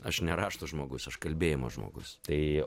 aš ne rašto žmogus aš kalbėjimo žmogus tai